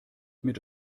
mit